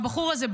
הבחור הזה,